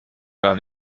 gar